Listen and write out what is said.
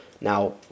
Now